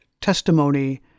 testimony